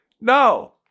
no